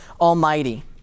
Almighty